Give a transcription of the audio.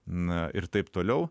na ir taip toliau